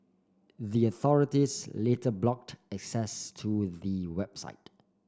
the authorities later blocked access to the website